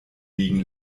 liegen